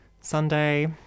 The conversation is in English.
Sunday